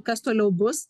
kas toliau bus